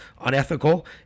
unethical